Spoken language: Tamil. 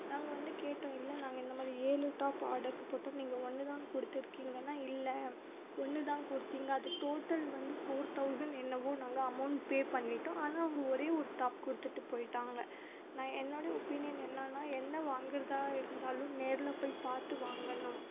நாங்கள் வந்து கேட்டோம் இல்லை நாங்கள் இந்த மாதிரி ஏழு டாப் ஆர்டர்க்கு போட்டோம் நீங்கள் ஒன்று தான் கொடுத்துருக்கீங்கனா இல்லை ஒன்று தான் கொடுத்தீங்க அது டோட்டல் வந்து ஃபோர் தௌசண்ட் என்னவோ நாங்கள் அமௌண்ட் பே பண்ணிவிட்டோம் ஆனால் அவங்க ஒரே ஒரு டாப் கொடுத்துட்டு போய்விட்டாங்க நான் என்னோட ஒப்பீனியன் என்னென்னா என்ன வாங்கிறதா இருந்தாலும் நேரில் போய் பார்த்து வாங்கணும்